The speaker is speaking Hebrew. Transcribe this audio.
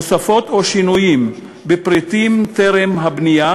הוספות ושינויים בפריטים טרם הבנייה,